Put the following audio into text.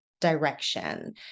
direction